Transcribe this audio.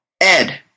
Ed